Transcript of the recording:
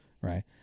Right